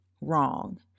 wrong